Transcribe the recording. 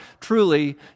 truly